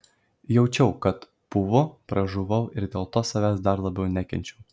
jaučiau kad pūvu pražuvau ir dėl to savęs dar labiau nekenčiau